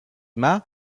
mas